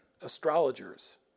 astrologers